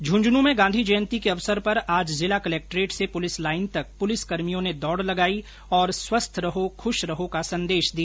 झुंझुनूं में गांधी जयंती के अवसर पर आज जिला कलक्ट्रेट से पुलिस लाईन तक पुलिसकर्मियों ने दौड लगाई और स्वस्थ्य रहो खुश रहो का संदेश दिया